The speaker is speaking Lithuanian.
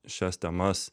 šias temas